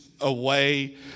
away